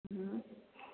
हम्म